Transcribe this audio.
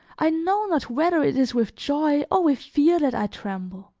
i know not whether it is with joy or with fear that i tremble.